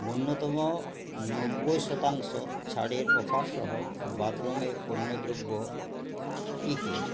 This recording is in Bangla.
ন্যূনতম নব্বই শতাংশ ছাড়ের অফারসহ বাথরুমের পণ্য দ্রব্য কী কী